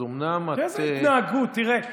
אז אומנם את, איזה התנהגות, תראה.